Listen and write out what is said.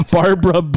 Barbara